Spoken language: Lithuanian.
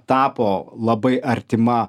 tapo labai artima